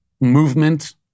movement